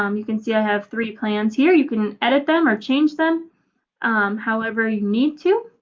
um you can see i have three plans here. you can edit them or change them however you need to.